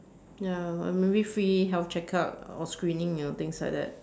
ya or maybe free health check up or screening you know things like that